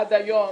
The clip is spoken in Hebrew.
ועד היום